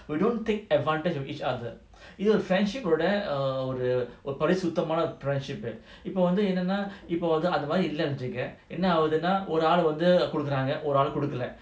so don't take advantage of each other இதுஒரு:idhu oru friendship ah விடஒருபரிசுத்தமான:vida oru parisuthamana friendship இப்போவந்துஎன்னனாஇப்போவந்துஅதெல்லாம்இல்லனுவச்சிக்கஎன்னாகுதுன்னாஒருஆளுவந்துகொடுக்குறாங்கஒருஆளுகொடுக்கல:ipo vandhu ennana ipo vandhu adhellam illanu vachika ennaguthuna oru aalu vandhu kodukuranga oru aalu kodukala